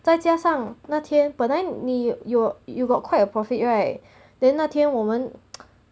再加上那天本来你有 you got quite a profit right then 那天我们